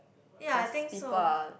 ya I think so